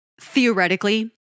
theoretically